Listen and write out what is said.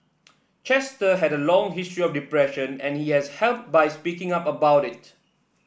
Chester had a long history of depression and he has helped by speaking up about it